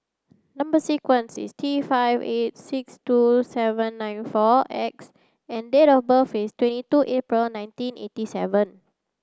number sequence is T five eight six two seven nine four X and date of birth is twenty two April nineteen eighty seven